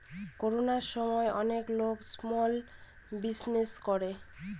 করোনার সময় অনেক লোক স্মল বিজনেস করে